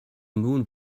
moon